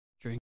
drink